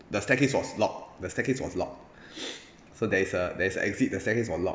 the staircase was locked the staircase was locked so there's a there's a exit the staircase got locked